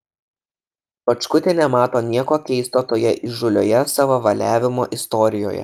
ruočkutė nemato nieko keisto toje įžūlioje savavaliavimo istorijoje